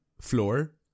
floor